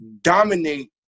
dominate